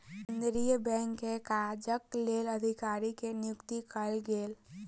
केंद्रीय बैंक के काजक लेल अधिकारी के नियुक्ति कयल गेल